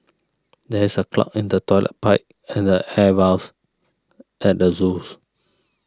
there is a clog in the Toilet Pipe and the air at the zoos